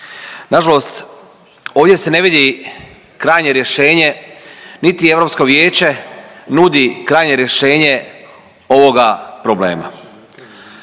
Nažalost ovdje se ne vidi krajnje rješenje, niti EV nudi krajnje rješenje ovoga problema.